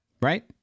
Right